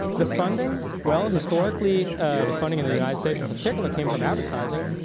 the funding? well, historically the funding in the united states, in particular, came from advertising.